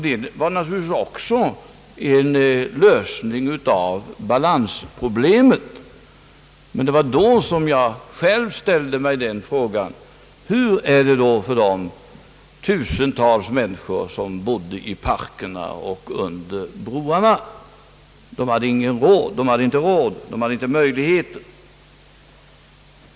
Deita var naturligtvis också en lösning av balansproblemet. Det var då jag själv ställde mig den frågan: Hur är det då för de tusentals människor som bor i parkerna och under broarna? De hade varken råd eller möjligheter att skaffa sig en bostad.